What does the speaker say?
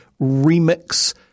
remix